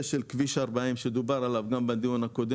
אבל אתם לא קובעים בעניין הזה.